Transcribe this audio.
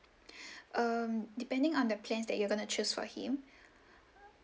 um depending on the plans that you're gonna choose for him